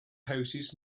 houses